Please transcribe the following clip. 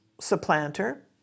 supplanter